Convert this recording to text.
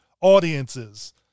audiences